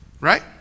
Right